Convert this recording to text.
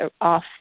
off